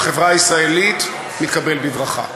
בחברה הישראלית, מתקבל בברכה.